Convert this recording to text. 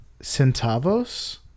centavos